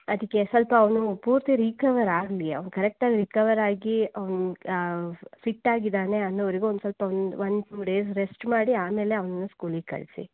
ಅದಕ್ಕೆ ಸ್ವಲ್ಪ ಅವನು ಪೂರ್ತಿ ರೀಕವರ್ ಆಗಲಿ ಅವನು ಕರೆಕ್ಟಾಗಿ ರಿಕವರ್ ಆಗಿ ಅವನು ಫಿಟ್ ಆಗಿದ್ದಾನೆ ಅನ್ನೋವರೆಗೂ ಒಂದು ಸ್ವಲ್ಪ ಒಂದು ಒನ್ ಟು ಡೇಸ್ ರೆಸ್ಟ್ ಮಾಡಿ ಆಮೇಲೆ ಅವನನ್ನು ಸ್ಕೂಲ್ಗೆ ಕಳಿಸಿ